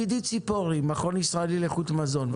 ד"ר גידי צפורי מן המכון הישראלי לאיכות המזון,